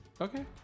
Okay